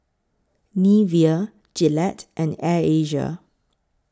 Nivea Gillette and Air Asia